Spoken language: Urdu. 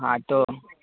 ہاں تو